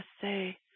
say